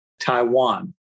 Taiwan